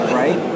right